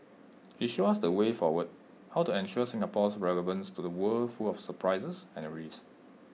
he showed us the way forward how to ensure Singapore's relevance to the world full of surprises and risks